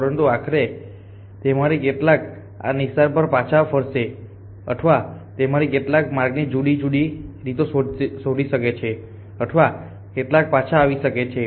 પરંતુ આખરે તેમાંથી કેટલાક આ નિશાન પર પાછા ફરશે અથવા તેમાંથી કેટલાક માર્ગની જુદી જુદી રીતો શોધી શકે છે અથવા કેટલાક પાછા આવી શકે છે